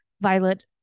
Violet